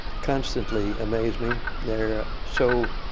constantly amaze me. they're so